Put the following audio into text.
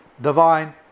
divine